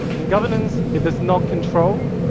in governance, it does not control.